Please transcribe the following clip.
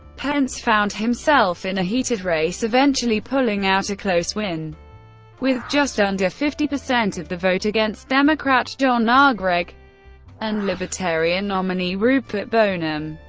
pence found himself in a heated race, eventually pulling out a close win with just under fifty percent of the vote against democrat john r. gregg and libertarian nominee rupert boneham.